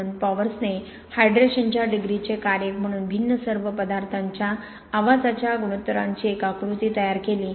म्हणून पॉवर्सने हायड्रेशनच्या डिग्रीचे कार्य म्हणून सर्व भिन्न पदार्थांच्या आवाजाच्या गुणोत्तरांची एक आकृती तयार केली